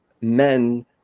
men